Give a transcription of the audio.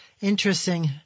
Interesting